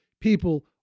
people